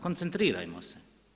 Koncentrirajmo se.